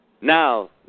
Now